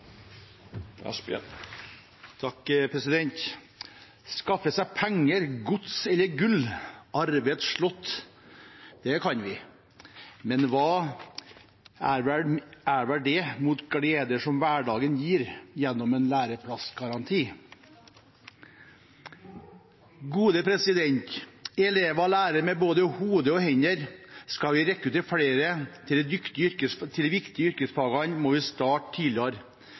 seg penger, gods eller gull; arve et slott, det kan vi, men hva er vel det; mot gleder som hverdagen gir» gjennom en læreplassgaranti? Elever lærer med både hode og hender. Skal vi rekruttere flere til de viktige yrkesfagene, må vi starte tidligere.